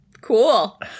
Cool